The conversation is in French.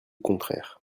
contraire